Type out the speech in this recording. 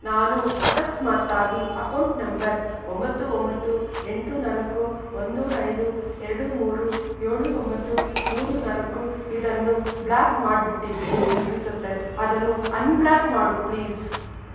ನಾನು ಅಕಸ್ಮಾತ್ತಾಗಿ account number ಒಂಬತ್ತು ಒಂಬತ್ತು ಎಂಟು ನಾಲ್ಕು ಒಂದು ಐದು ಎರಡು ಮೂರು ಏಳು ಒಂಬತ್ತು ಮೂರು ನಾಲ್ಕು ಇದನ್ನು ಬ್ಲಾಕ್ ಮಾಡ್ಬಿಟ್ಟಿದ್ದೀನಿ ಅನ್ಸುತ್ತೆ ಅದನ್ನು ಅನ್ಬ್ಲಾಕ್ ಮಾಡು ಪ್ಲೀಸ್